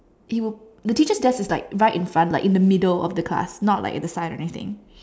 he would the teacher's desk is like right in front like in the middle of the class not like at the side or anything